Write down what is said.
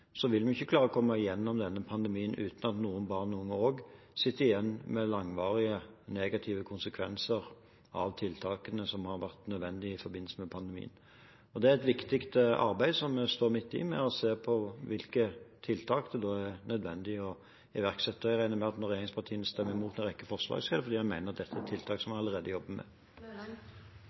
vil vi ikke klare å komme gjennom denne pandemien uten at noen barn og unge sitter igjen med langvarige negative konsekvenser av tiltakene som har vært nødvendige i forbindelse med pandemien. Det er et viktig arbeid som vi står midt i, med å se på hvilke tiltak det da er nødvendig å iverksette. Jeg regner med at når regjeringspartiene stemmer mot en rekke forslag, er det fordi en mener at dette er tiltak som en allerede jobber med.